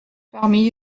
parmi